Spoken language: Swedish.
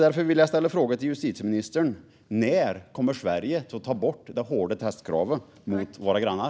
Därför vill jag ställa frågan till justitieministern: När kommer Sverige att ta bort de hårda testkraven mot våra grannar?